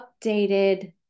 updated